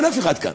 אין אף אחד כאן.